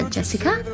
Jessica